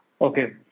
Okay